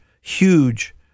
huge